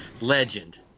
Legend